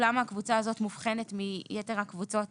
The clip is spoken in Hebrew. למה קבוצה זו מובחנת מיתר הקבוצות?